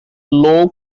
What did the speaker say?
low